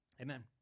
Amen